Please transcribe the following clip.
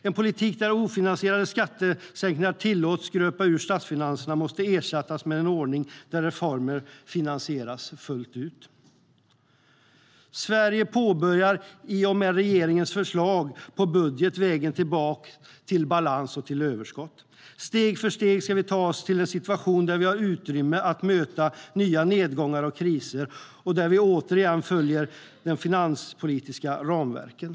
En politik där ofinansierade skattesänkningar tillåts gröpa ur statsfinanserna måste ersättas med en ordning där reformer finansieras fullt ut. Sverige påbörjar i och med regeringens förslag till budget vägen tillbaka till balans och överskott. Steg för steg ska vi ta oss till en situation där vi har utrymme att möta nya nedgångar och kriser och där vi återigen följer de finanspolitiska ramverken.